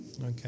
Okay